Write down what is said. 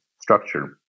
structure